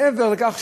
איך זה יכול להיות?